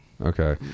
Okay